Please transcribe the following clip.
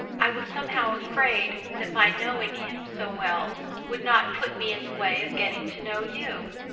i was somehow afraid that my knowing him so well would not put me in the way of getting to know you.